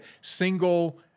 single